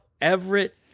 Everett